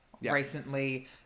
recently